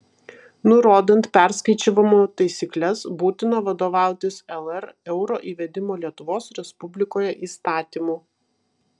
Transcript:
nurodant perskaičiavimo taisykles būtina vadovautis lr euro įvedimo lietuvos respublikoje įstatymu